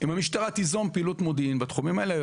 אלא אם המשטרה תיזום פעילות מודיעין בתחומים האלה.